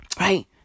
Right